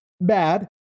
bad